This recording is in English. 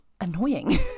annoying